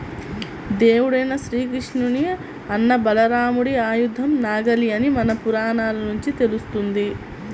దేవుడైన శ్రీకృష్ణుని అన్న బలరాముడి ఆయుధం నాగలి అని మన పురాణాల నుంచి తెలుస్తంది